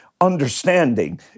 understanding